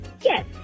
Yes